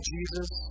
Jesus